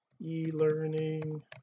e-learning